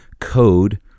code